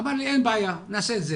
אמר לי, אין בעיה, נעשה את זה.